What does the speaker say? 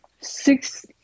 six